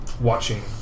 watching